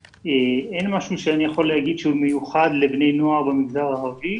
אין משהו שאני יכול לומר שהוא מיוחד לבני נוער במגזר הערבי.